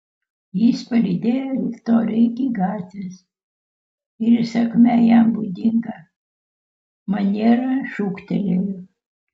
jis palydėjo viktoriją iki gatvės ir įsakmia jam būdinga maniera šūktelėjo